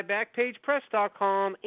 BackpagePress.com